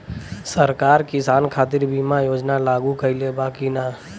सरकार किसान खातिर बीमा योजना लागू कईले बा की ना?